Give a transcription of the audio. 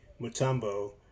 Mutombo